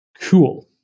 Cool